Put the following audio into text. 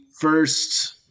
first